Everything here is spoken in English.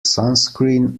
sunscreen